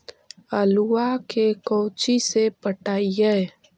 आलुआ के कोचि से पटाइए?